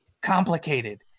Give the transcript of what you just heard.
complicated